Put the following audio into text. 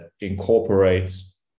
incorporates